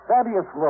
Fabius